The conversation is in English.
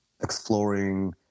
exploring